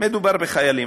מדובר בחיילים,